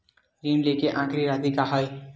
ऋण लेके आखिरी राशि का हे?